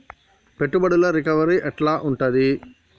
పెట్టుబడుల రికవరీ ఎట్ల ఉంటది?